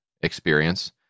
experience